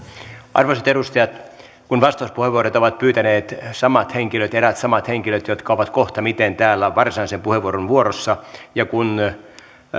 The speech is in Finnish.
arvoisat edustajat kun vastauspuheenvuoroa ovat pyytäneet eräät samat henkilöt jotka ovat kohtamiten täällä varsinaisen puheenvuoron vuorossa ja kun